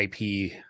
IP